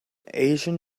asian